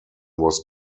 was